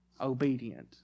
obedient